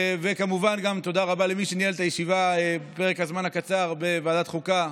וכמובן גם תודה רבה למי שניהל את הישיבה בפרק הזמן הקצר בוועדת החוקה,